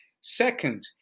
Second